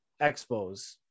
expos